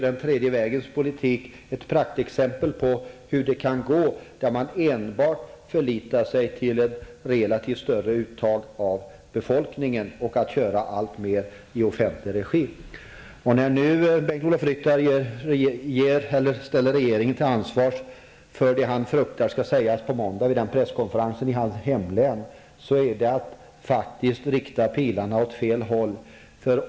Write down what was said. Den tredje vägens politik är ett praktexempel på hur det kan gå när man enbart förlitar sig till ett relativt stort uttag av skatter och kör alltmer i offentlig regi. När Bengt-Ola Ryttar nu ställer regeringen till svars för det han fruktar skall sägas i presskonferensen på måndag i hans hemlän är det faktiskt att rikta pilarna åt fel håll.